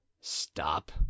stop